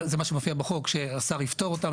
זה מה שמופיע בחוק, שהשר יפתור אותן.